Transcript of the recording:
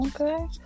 Okay